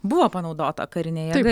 buvo panaudota karinė jėga